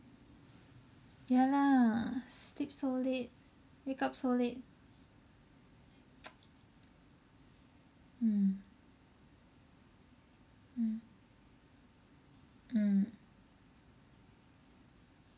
ya lah sleep so late wake up so late mm mm mm